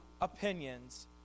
opinions